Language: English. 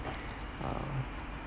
um